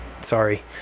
sorry